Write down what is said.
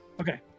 Okay